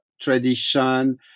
tradition